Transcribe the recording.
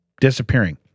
disappearing